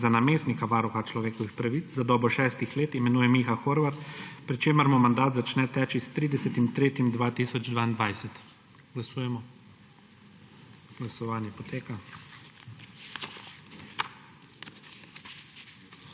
za namestnika Varuha človekovih pravic za dobo šestih let imenuje Miha Horvat, pri čemer mu mandat začne teči s 30. 3. 2022. Glasujemo. Navzočih